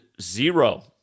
Zero